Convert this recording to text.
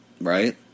Right